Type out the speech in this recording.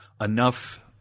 enough –